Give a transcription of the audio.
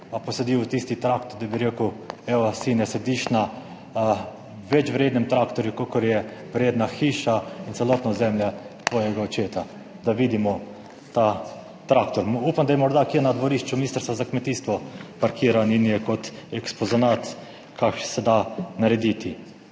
posadil v tisti traktor, da bi rekel, evo, sine, sediš na večvrednem traktorju, kakor je vredna hiša in celotno ozemlje tvojega očeta, da vidimo ta traktor. Upam, da je morda kje na dvorišču Ministrstva za kmetijstvo parkiran in je kot eksponat, kaj se da narediti.